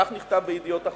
כך נכתב ב"ידיעות אחרונות".